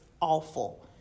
awful